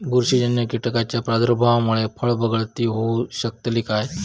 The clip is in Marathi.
बुरशीजन्य कीटकाच्या प्रादुर्भावामूळे फळगळती होऊ शकतली काय?